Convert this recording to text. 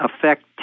affect